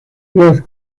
los